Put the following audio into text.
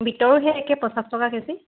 বিটৰো সেই একে পঞ্চাছ টকা কেজি